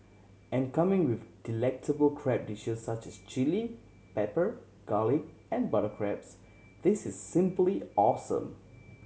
and coming with delectable crab dishes such as chilli pepper garlic and butter crabs this is simply awesome